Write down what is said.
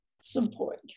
support